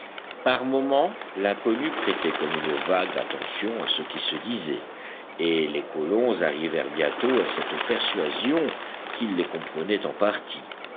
par moments l'inconnu prêtait comme une vague attention à ce qui se disait et les colons arrivèrent bientôt à cette persuasion qu'il les comprenait en partie